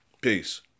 Peace